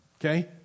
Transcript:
Okay